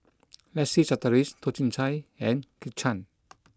Leslie Charteris Toh Chin Chye and Kit Chan